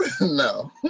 No